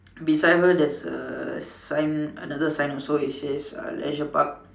beside her there's a sign another sign also it says uh Leisure Park